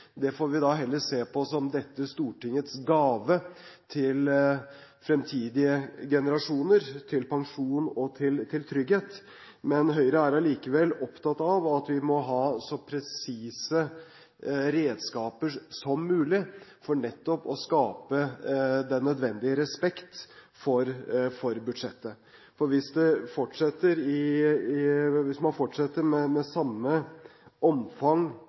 Det får vi heller se på som dette stortingets gave til fremtidige generasjoner – til pensjon og til trygghet. Men Høyre er allikevel opptatt av at vi må ha så presise redskaper som mulig, for nettopp å skape den nødvendige respekt for budsjettet. For hvis man fortsetter i samme omfang